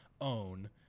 own